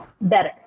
better